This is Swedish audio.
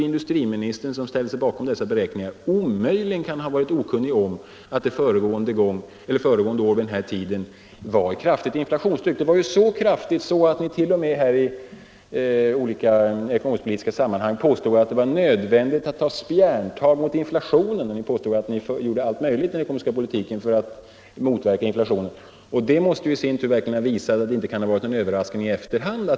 Industriministern, som ställde sig bakom beräkningarna, kan ju omöjligen ha varit ovetande om att det förra året vid denna tiden fanns ett kraftigt inflationstryck. Det var så kraftigt att ni t.o.m. i olika ekonomisk-politiska sammanhang påstod att det var nödvändigt att ta spjärntag mot inflationen, och ni påstod att ni gjorde allt möjligt för att motverka den. Det måste bevisa att inflationen inte kom som en överraskning i efterhand.